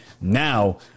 now